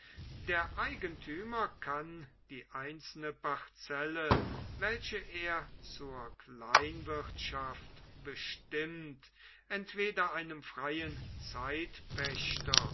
der eigentümer kann die einzelne parzelle welche er zur kleinwirtschaft bestimmt entweder einem freien zeitpächter